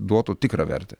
duotų tikrą vertę